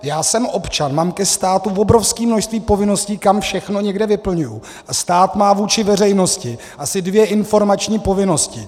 Já jsem občan, mám ke státu obrovské množství povinností, kam všechno někde vyplňuji, a stát má vůči veřejnosti asi dvě informační povinnosti.